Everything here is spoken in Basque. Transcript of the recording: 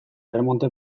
erremonte